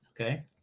okay